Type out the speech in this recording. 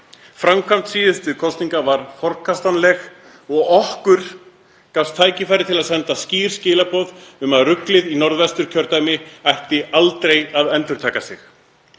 Framkvæmd síðustu kosninga var forkastanleg og okkur gafst tækifæri til að senda skýr skilaboð um að ruglið í Norðvesturkjördæmi ætti aldrei að endurtaka sig.